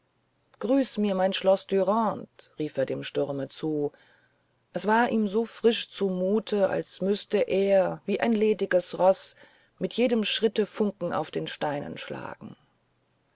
grüß mir mein schloß dürande rief er dem sturme zu es war ihm so frisch zumut als müßt er wie ein lediges roß mit jedem tritte funken aus den steinen schlagen